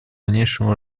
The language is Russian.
дальнейшему